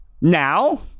Now